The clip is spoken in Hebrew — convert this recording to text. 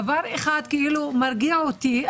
דבר אחד כאילו מרגיע אותי,